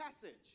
passage